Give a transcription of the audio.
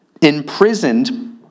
Imprisoned